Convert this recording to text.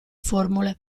formule